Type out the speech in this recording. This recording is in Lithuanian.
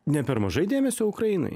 ne per mažai dėmesio ukrainai